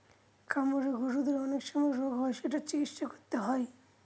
খামারের গরুদের অনেক সময় রোগ হয় যেটার চিকিৎসা করতে হয়